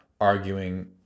arguing